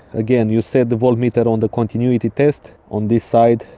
again you set the voltmeter on the continuity test on this side,